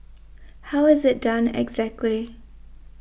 how is it done exactly